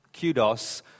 kudos